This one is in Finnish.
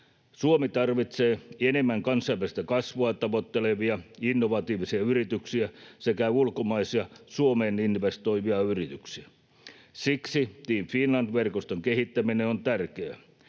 Suomi tarvitsee enemmän kansainvälistä kasvua tavoittelevia innovatiivisia yrityksiä sekä ulkomaisia Suomeen investoivia yrityksiä. Siksi Team Finland ‑verkoston kehittäminen on tärkeää.